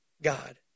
God